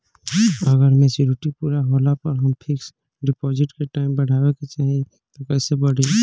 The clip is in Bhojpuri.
अगर मेचूरिटि पूरा होला पर हम फिक्स डिपॉज़िट के टाइम बढ़ावे के चाहिए त कैसे बढ़ी?